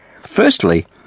Firstly